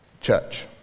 church